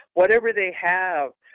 whatever they have.